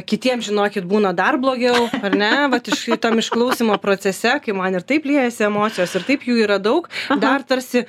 kitiems žinokit būna dar blogiau ar ne vat iš tam išklausymo procese kai man ir taip liejasi emocijos ir taip jų yra daug dar tarsi